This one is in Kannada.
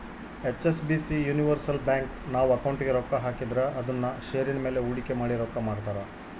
ಹೆಚ್.ಎಸ್.ಬಿ.ಸಿ ಯೂನಿವರ್ಸಲ್ ಬ್ಯಾಂಕು, ನಾವು ಅಕೌಂಟಿಗೆ ರೊಕ್ಕ ಹಾಕಿದ್ರ ಅದುನ್ನ ಷೇರಿನ ಮೇಲೆ ಹೂಡಿಕೆ ಮಾಡಿ ರೊಕ್ಕ ಮಾಡ್ತಾರ